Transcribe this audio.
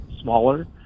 smaller